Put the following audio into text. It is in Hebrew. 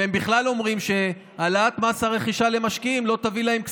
והם בכלל אומרים שהעלאת מס הרכישה למשקיעים לא תביא להם כספים.